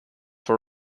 for